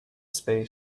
distance